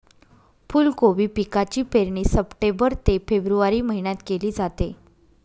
फुलकोबी पिकाची पेरणी सप्टेंबर ते फेब्रुवारी महिन्यात केली जाते